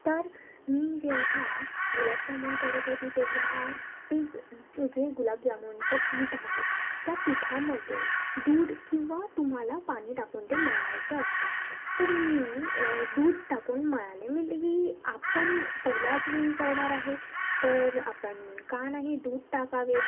तर मी जेव्हा गुलाबजामुन करत होते तेव्हा ते जे गुलाबजामुनचं पीठ आहे त्या पिठामध्ये दूध किंवा तुम्हाला पाणी टाकून ते मळायचं असतं तर मी दूध टाकून मळले म्हटलं की आपण पहिल्याच वेळी करणार आहे तर आपण का नाही दूध टाकावे